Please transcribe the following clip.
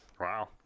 wow